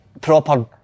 proper